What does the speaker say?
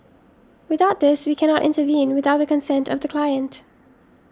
without this we cannot intervene without the consent of the client